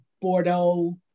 Bordeaux